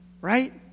Right